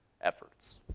efforts